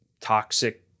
toxic